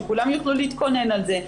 שכולם יוכלו להתכונן על זה,